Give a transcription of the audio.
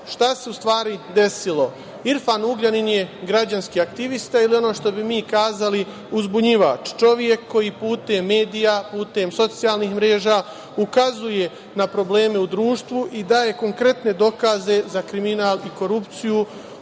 se u stvari desilo? Irfan Ugljanin je građanski aktivista ili ono što bi mi kazali – uzbunjivač, čovek koji putem medija, putem socijalnih mreža, ukazuje na probleme u društvu i daje konkretne dokaze za kriminal i korupciju